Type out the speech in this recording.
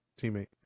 teammate